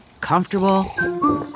Comfortable